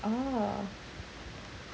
ah